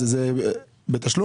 זה בתשלום?